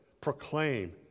proclaim